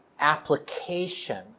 application